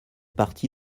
parti